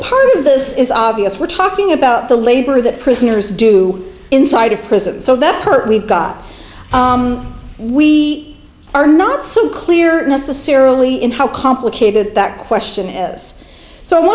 part of this is obvious we're talking about the labor that prisoners do inside of prison so that hurt we've got we are not so clear necessarily in how complicated that question is so